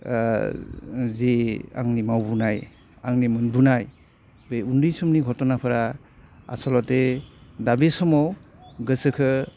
जे आंनि मावबोनाय आंनि मोनबोनाय बे उन्दै समनि घट'नाफोरा आस'ल'थे दा बे समाव गोसोखौ